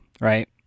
right